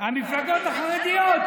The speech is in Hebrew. שהמפלגות החרדיות,